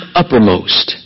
uppermost